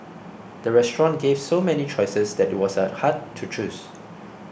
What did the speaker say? the restaurant gave so many choices that it was a hard to choose